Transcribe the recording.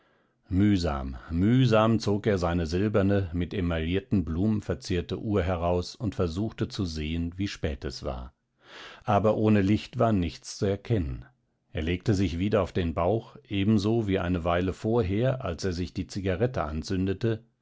mühsam mühsam zog er seine silberne mit emaillierten blumen verzierte uhr heraus und versuchte zu sehen wie spät es war aber ohne licht war nichts zu erkennen er legte sich wieder auf den bauch ebenso wie eine weile vorher als er sich die zigarette anzündete